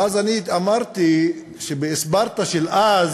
ואז אני אמרתי שבספרטה של אז